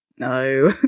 No